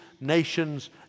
nations